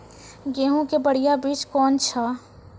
गेहूँ के बढ़िया बीज कौन छ?